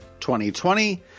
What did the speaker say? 2020